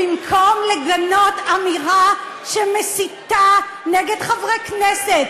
במקום לגנות אמירה שמסיתה נגד חברי כנסת,